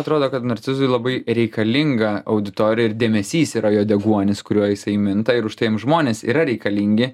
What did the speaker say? atrodo kad narcizui labai reikalinga auditorija ir dėmesys yra jo deguonis kuriuo jisai minta ir už tai jam žmonės yra reikalingi